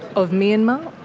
of myanmar?